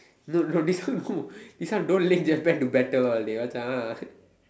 no no this one no this one don't link Japan to Battle all dey Macha